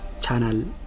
Channel